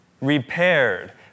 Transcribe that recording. repaired